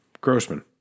Grossman